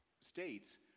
states